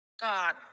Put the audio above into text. God